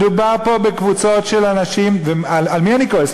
מדובר פה בקבוצות של אנשים, ועל מי אני כועס?